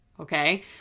Okay